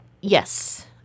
Yes